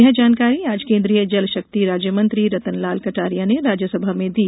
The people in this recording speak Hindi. यह जानकारी आज केन्द्रीय जलशक्ति राज्यमंत्री रतनलाल कटारिया ने राज्यसभा में दी